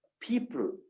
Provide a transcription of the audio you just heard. People